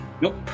Nope